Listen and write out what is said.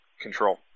control